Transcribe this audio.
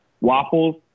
waffles